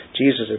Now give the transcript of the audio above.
Jesus